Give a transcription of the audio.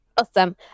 Awesome